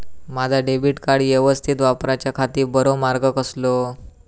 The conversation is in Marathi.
माजा डेबिट कार्ड यवस्तीत वापराच्याखाती बरो मार्ग कसलो?